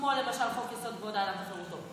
כמו למשל חוק-יסוד: כבוד האדם וחירותו.